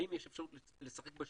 האם יש אפשרות לשחק בשיבר,